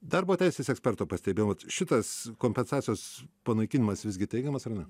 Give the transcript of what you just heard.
darbo teisės eksperto pastebėjau vat šitas kompensacijos panaikinimas visgi teigiamas ar ne